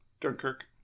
Dunkirk